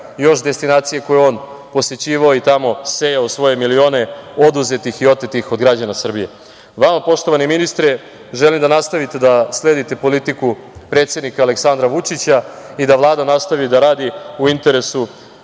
još destinacija koje je on posećivao i tamo sejao svoje milione oduzetih i otetih od građana Srbije. Vama, poštovani ministre, želim da nastavite da sledite politiku predsednika Aleksandra Vučića i da Vlada nastavi da radi u interesu